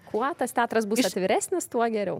kuo tas teatras bus atviresnis tuo geriau